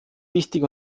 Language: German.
wichtig